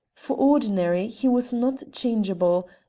for ordinary he was not changeable,